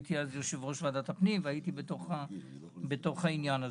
שהייתי אז יושב ראש ועדת הפנים והייתי בתוך העניין הזה.